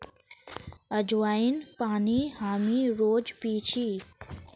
अज्वाइन पानी हामी रोज़ पी छी